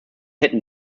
hätten